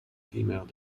female